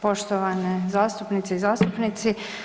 poštovane zastupnice i zastupnici.